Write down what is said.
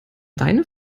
deine